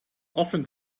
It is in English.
often